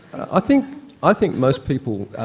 i think i think most people,